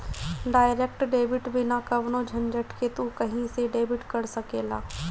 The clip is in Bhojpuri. डायरेक्ट डेबिट बिना कवनो झंझट के तू कही से डेबिट कर सकेला